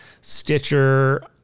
Stitcher